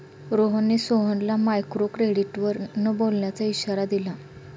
रोहनने सोहनला मायक्रोक्रेडिटवर न बोलण्याचा इशारा दिला